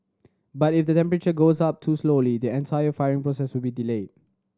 but if the temperature goes up too slowly the entire firing process will be delayed